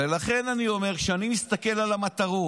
ולכן אני אומר: כשאני מסתכל על המטרות,